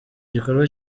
gikorwa